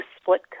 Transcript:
split